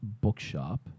bookshop